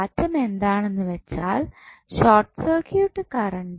മാറ്റം എന്താണെന്ന് വെച്ചാൽ ഷോർട്ട് സർക്യൂട്ട് കറണ്ട്